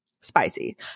spicy